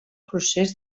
procés